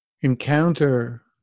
encounter